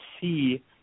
see